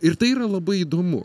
ir tai yra labai įdomu